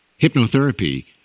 hypnotherapy